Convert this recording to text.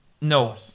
No